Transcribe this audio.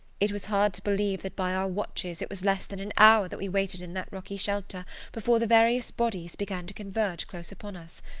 it was hard to believe that by our watches it was less than an hour that we waited in that rocky shelter before the various bodies began to converge close upon us.